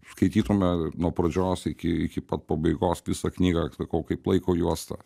skaitytume nuo pradžios iki iki pat pabaigos visą knygą sakau kaip laiko juosta